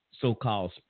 so-called